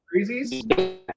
crazies